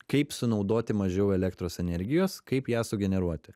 kaip sunaudoti mažiau elektros energijos kaip ją sugeneruoti